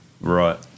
Right